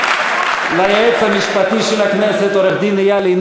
עיתונאים, חבר הכנסת עיסאווי פריג'.